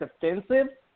defensive